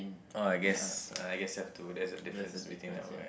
oh I guess I guess have to that's a difference between our ya